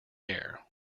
air